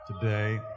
today